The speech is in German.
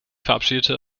verabschiedete